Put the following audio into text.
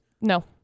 No